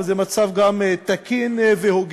וזה גם מצב תקין והוגן.